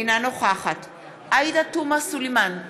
אינה נוכחת עאידה תומא סלימאן,